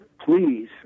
please